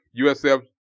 USF